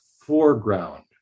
foreground